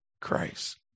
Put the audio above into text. Christ